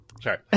Sorry